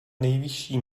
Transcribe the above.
nejvyšší